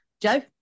Joe